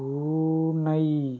பூனை